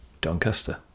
Doncaster